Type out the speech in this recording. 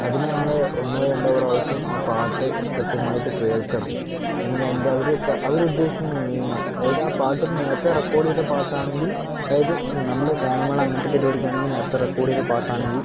അതിനു നമ്മൾ ഒന്നോ രണ്ടോ പ്രാവശ്യം ആ പാട്ട് കൃത്യമായിട്ട് കേൾക്കണം അല്ലെങ്കിൽ എന്താ അവർ അവർ ഉദ്ദേശിക്കണ ഈണം അതായത് ആ പാട്ടിന് നേരത്തെ റെക്കോർഡ് ചെയ്ത പാട്ടാണെങ്കിൽ അതായത് നമ്മള് ഗാനമേള അങ്ങനത്തെ പരിപാടിക്കാണെങ്കിൽ നേരത്തെ റെക്കോർഡ് ചെയ്ത പാട്ടാണെങ്കിൽ